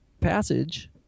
passage